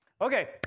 Okay